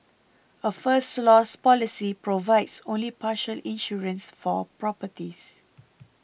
a First Loss policy provides only partial insurance for properties